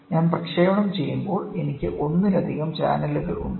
ഞാൻ പ്രക്ഷേപണം ചെയ്യുമ്പോൾ എനിക്ക് ഒന്നിലധികം ചാനലുകൾ ഉണ്ട്